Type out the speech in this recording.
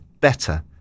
better